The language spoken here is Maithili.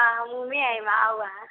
हँ हम ओतै छी आउ अहाँ